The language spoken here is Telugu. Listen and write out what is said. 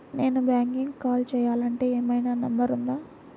నేను బ్యాంక్కి కాల్ చేయాలంటే ఏమయినా నంబర్ ఉందా?